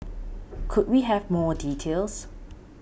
could we have more details